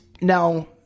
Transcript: Now